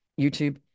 YouTube